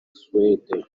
suwede